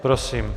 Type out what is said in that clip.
Prosím.